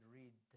read